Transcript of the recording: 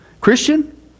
Christian